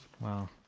Wow